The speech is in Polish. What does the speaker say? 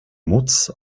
móc